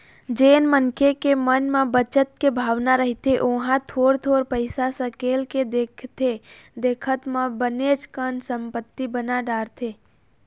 जेन मनखे के मन म बचत के भावना रहिथे ओहा थोर थोर पइसा सकेल के देखथे देखत म बनेच कन संपत्ति बना डारथे